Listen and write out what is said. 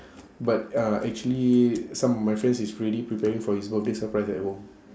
but uh actually some of my friends is already preparing for his birthday surprise at home